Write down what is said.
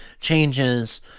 changes